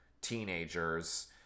teenagers